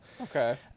Okay